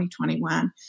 2021